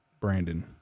Brandon